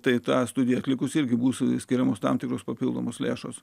tai tą studiją atlikus irgi bus skiriamos tam tikros papildomos lėšos